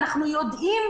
ואנחנו יודעים,